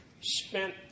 spent